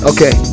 Okay